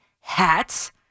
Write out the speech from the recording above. hats